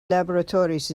laboratories